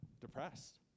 depressed